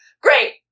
great